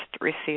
received